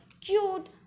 cute